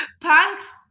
punks